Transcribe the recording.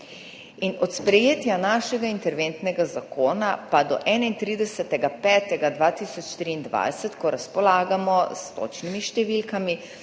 Od sprejetja našega interventnega zakona pa do 31. 5. 2023, ko razpolagamo s točnimi številkami,